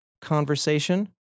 conversation